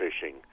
fishing